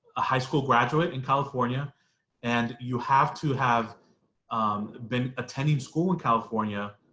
a high school graduate in california and you have to have been attending school in california